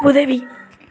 உதவி